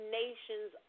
nations